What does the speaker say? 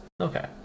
Okay